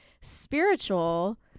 spiritual